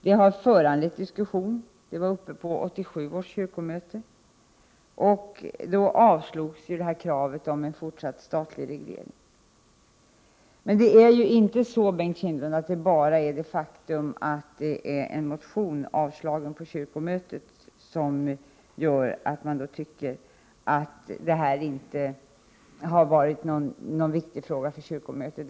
Det har föranlett diskussion, och frågan var uppe på 1987 års kyrkomöte. Då avslogs kravet på en fortsatt statlig reglering. Men, Bengt Kindbom, det är inte bara det faktum att en motion har avslagits på kyrkomötet som gör att man kan tycka att den här frågan inte har varit så viktig för kyrkomötet.